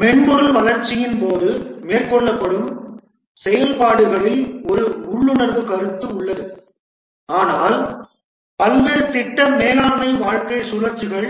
மென்பொருள் வளர்ச்சியின் போது மேற்கொள்ளப்படும் செயல்பாடுகளில் ஒரு உள்ளுணர்வு கருத்து உள்ளது ஆனால் பல்வேறு திட்ட மேலாண்மை வாழ்க்கைச் சுழற்சிகள்